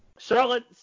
Charlotte